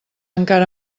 encara